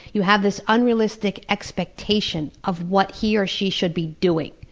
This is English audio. you have this unrealistic expectation of what he or she should be doing.